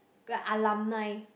the alumni